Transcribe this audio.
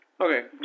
Okay